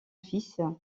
fils